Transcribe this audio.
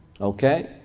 Okay